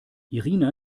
irina